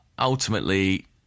Ultimately